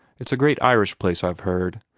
it's a great irish place, i've heard.